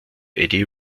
eddie